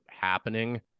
happening